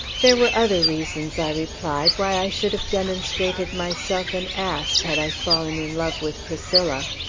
there were other reasons, i replied, why i should have demonstrated myself an ass, had i fallen in love with priscilla.